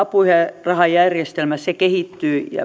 apurahajärjestelmä kehittyy